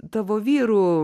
tavo vyru